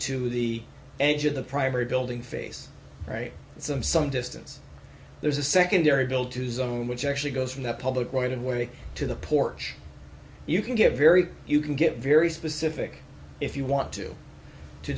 to the edge of the primary building face right some some distance there's a secondary built to zone which actually goes from the public right of way to the porch you can get very you can get very specific if you want to to